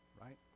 right